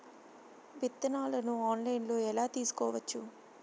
విత్తనాలను ఆన్లైన్లో ఎలా తీసుకోవచ్చు